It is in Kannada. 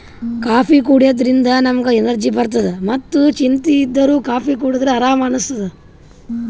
ಕಾಫೀ ಕುಡ್ಯದ್ರಿನ್ದ ನಮ್ಗ್ ಎನರ್ಜಿ ಬರ್ತದ್ ಮತ್ತ್ ಚಿಂತಿ ಇದ್ದೋರ್ ಕಾಫೀ ಕುಡದ್ರ್ ಆರಾಮ್ ಅನಸ್ತದ್